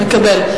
מקבל.